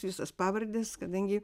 visos pavardės kadangi